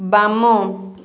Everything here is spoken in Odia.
ବାମ